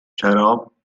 شراب